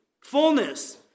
Fullness